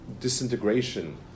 disintegration